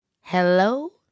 Hello